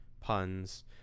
puns